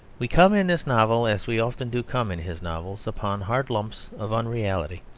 we come in this novel, as we often do come in his novels, upon hard lumps of unreality,